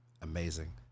amazing